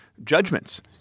Judgments